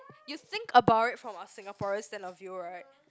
you think about it from our Singaporean stand of view right